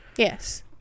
yes